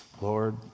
Lord